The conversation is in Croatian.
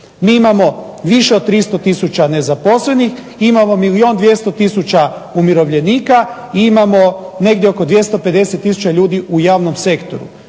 Mi imamo više od 300 tisuća nezaposlenih, imamo milijun 200 tisuća umirovljenika, imamo negdje oko 250 tisuća ljudi u javnom sektoru.